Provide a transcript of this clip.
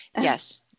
Yes